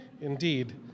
Indeed